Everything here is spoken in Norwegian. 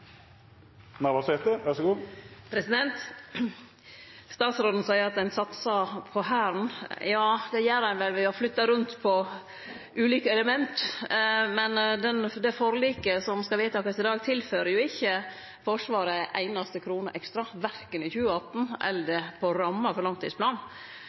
Statsråden seier at ein satsar på Hæren. Ja, det gjer dei ved å flytte rundt på ulike element, men det forliket som skal vedtakast i dag, tilfører ikkje Forsvaret ei einaste krone ekstra, verken i 2018 eller